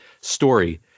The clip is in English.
story